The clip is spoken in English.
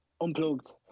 unplugged